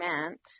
meant